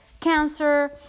cancer